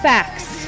Facts